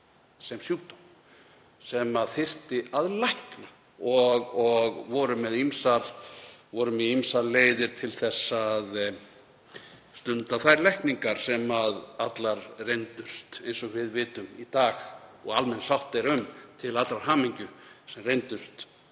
sem sjúkdóm sem þyrfti að lækna og voru með ýmsar leiðir til þess að stunda þær lækningar sem allar reyndust, eins og við vitum í dag og almenn sátt er um til allrar hamingju, hörmulega